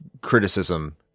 criticism